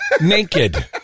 naked